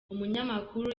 umunyamakuru